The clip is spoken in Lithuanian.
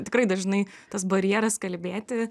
tikrai dažnai tas barjeras kalbėti